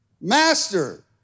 master